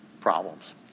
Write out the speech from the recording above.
problems